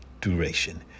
duration